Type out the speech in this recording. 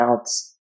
outs